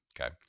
Okay